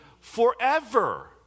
forever